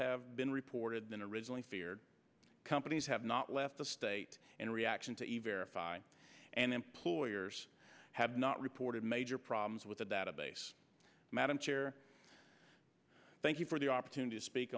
have been reported than originally feared companies have not left the state in reaction to a very fine and employers have not reported major problems with the database madam chair thank you for the opportunity to speak